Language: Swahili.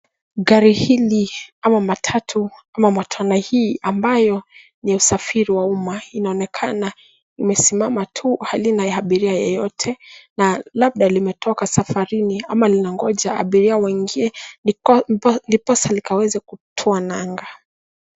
Gari hili ama matatu ama matwana hii ambayo ni ya usafiri wa umma inaonekana imesimama tu halina abiria yeyote na labda limetoka safarini ama linagonja abiria waingia diposa likaweze kutoa nanga.